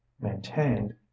maintained